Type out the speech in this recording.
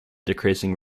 decreasing